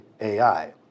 AI